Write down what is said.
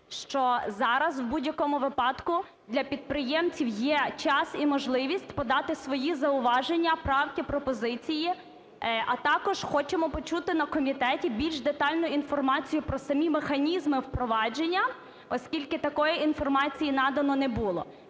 що зараз в будь-якому випадку для підприємців є час і можливість подати свої зауваження, правки, пропозиції, а також хочемо почути на комітеті більш детальну інформацію про самі механізми впровадження, оскільки такої інформації надано не було.